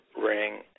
ring